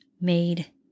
made